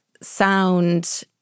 sound